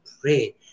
pray